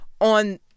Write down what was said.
on